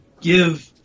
give